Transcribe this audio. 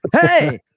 Hey